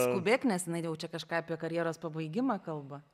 skubėk nes jinai jau čia kažką apie karjeros pabaigimą kalba